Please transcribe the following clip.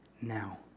now